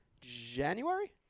January